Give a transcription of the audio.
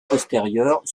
postérieure